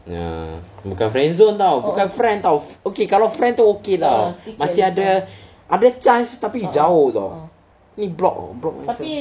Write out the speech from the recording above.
ya bukan friendzone [tau] bukan friend [tau] okay kalau friend tu okay [tau] masih ada chance tapi jauh [tau] ni block orh block macam